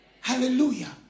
Hallelujah